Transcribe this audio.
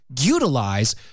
utilize